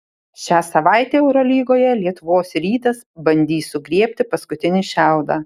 šią savaitę eurolygoje lietuvos rytas bandys sugriebti paskutinį šiaudą